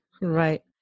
Right